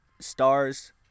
stars